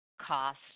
cost